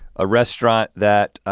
a restaurant that,